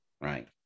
right